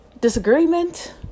disagreement